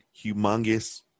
humongous